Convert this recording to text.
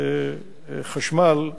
חשמל תרמו-סולרי,